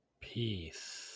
Peace